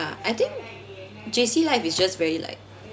ah I think J_C life is just very like